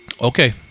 Okay